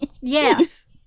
Yes